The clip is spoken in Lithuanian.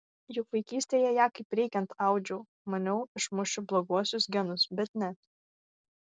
juk vaikystėje ją kaip reikiant audžiau maniau išmušiu bloguosius genus bet ne